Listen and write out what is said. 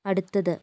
അടുത്തത്